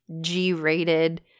G-rated